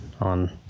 on